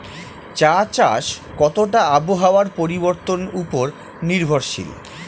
চা চাষ কতটা আবহাওয়ার পরিবর্তন উপর নির্ভরশীল?